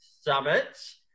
Summits